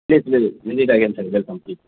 yes visit visit again sir welcome please